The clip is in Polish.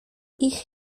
ich